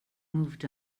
moved